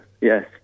yes